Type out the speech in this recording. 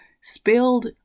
spilled